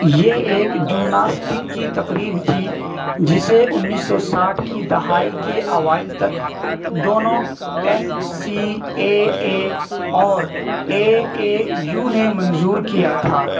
یہ ایک جمناسٹک کی تقریب تھی جسے انیس سو ساٹھ کی دہائی کے اوائل تک دونوں این سی اے اے اور اے اے یو نے منظور کیا تھا